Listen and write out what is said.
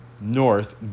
North